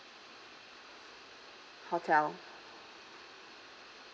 hotel